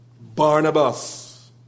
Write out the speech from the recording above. Barnabas